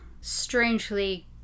strangely